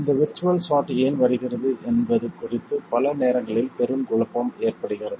இந்த virtual short ஏன் வருகிறது என்பது குறித்து பல நேரங்களில் பெரும் குழப்பம் ஏற்படுகிறது